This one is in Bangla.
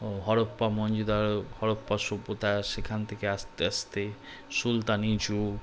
ও হরপ্পা মহেঞ্জোদারো হরপ্পা সভ্যতায় সেখান থেকে আস্তে আস্তে সুলতানি যুগ